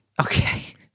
okay